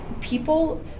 people